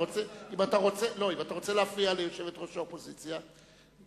אם אתה רוצה להפריע ליושבת-ראש האופוזיציה,